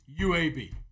UAB